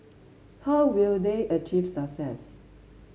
how will they achieve success